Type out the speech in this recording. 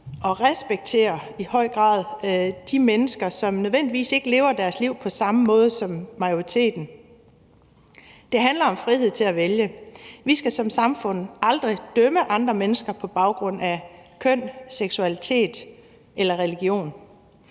respektere de mennesker, som ikke nødvendigvis lever deres liv på samme måde som majoriteten. Det handler om frihed til at vælge. Vi skal som samfund aldrig dømme andre mennesker på baggrund af køn, seksualitet eller religion.